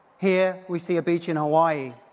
here, we see a beach in hawaii.